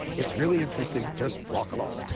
it's really interesting. just walk along